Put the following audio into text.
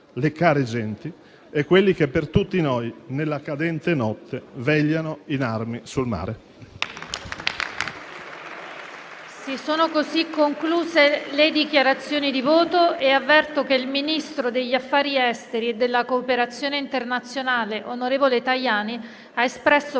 le care genti e quelli che per tutti noi nella cadente notte vegliano in armi sul mare.